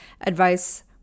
advice